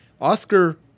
Oscar